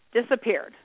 disappeared